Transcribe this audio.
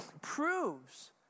proves